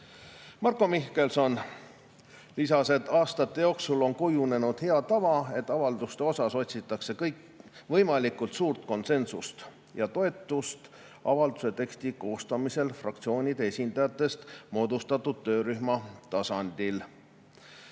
Marko Mihkelson lisas, et aastate jooksul on kujunenud hea tava, et avalduste osas otsitakse võimalikult suurt konsensust ja toetust avalduse teksti koostamisel fraktsioonide esindajatest moodustatud töörühma tasandil.